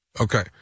Okay